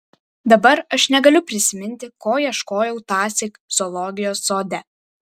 dabar aš negaliu prisiminti ko ieškojau tąsyk zoologijos sode